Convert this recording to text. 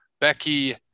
Becky